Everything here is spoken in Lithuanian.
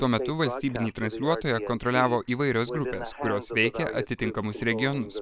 tuo metu valstybinį transliuotoją kontroliavo įvairios grupės kurios veikia atitinkamus regionus